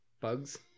bugs